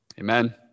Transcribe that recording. amen